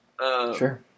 Sure